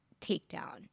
takedown